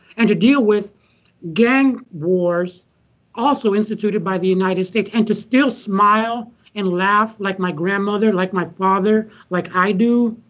and to deal with gang wars also instituted by the united states. and to still smile and laugh like my grandmother, like my father, like i do.